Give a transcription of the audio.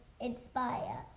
inspire